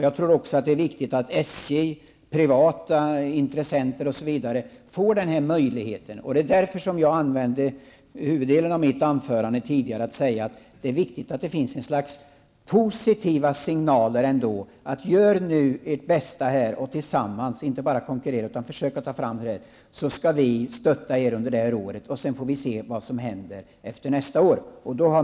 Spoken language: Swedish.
Jag tror också att det är viktigt att SJ, privata intressenter osv. får den här möjligheten. Det var därför som jag använde huvuddelen av mitt anförande tidigare till att säga att det är viktigt att det finns något slags positiva signaler om att man skall göra sitt bästa tillsammans och inte bara konkurrera. Om man försöker att göra detta skall vi stötta under det här året. Sedan får vi se vad som händer nästa år.